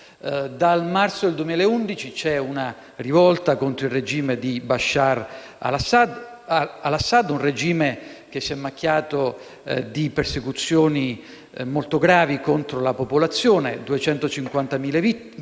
Dal marzo 2011 vi è una rivolta contro il regime di Bashar al-Assad, che si è macchiato di persecuzioni molto gravi contro la popolazione (250.000 vittime),